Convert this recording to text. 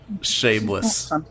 shameless